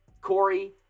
Corey